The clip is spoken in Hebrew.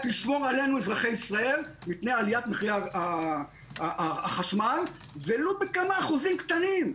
לשמור עלינו אזרחי ישראל מפני עליית מחירי החשמל ולו באחוזים קטנים.